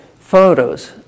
photos